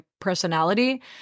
personality